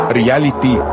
reality